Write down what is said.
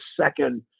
second